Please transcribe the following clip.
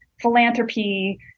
philanthropy